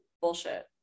Bullshit